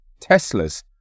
Teslas